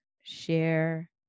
Share